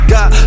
God